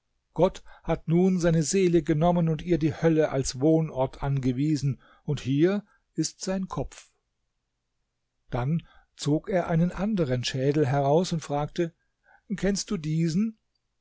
gott hat nun seine seele genommen und ihr die hölle als wohnort angewiesen und hier ist sein kopf dann zog er einen anderen schädel heraus und fragte kennst du diesen